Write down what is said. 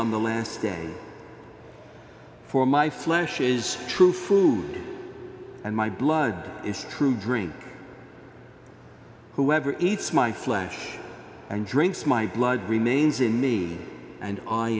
on the last day for my flesh is true food and my blood is true drink whoever eats my flesh and drinks my blood remains in me and i